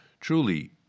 Truly